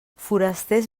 forasters